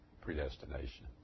predestination